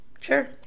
sure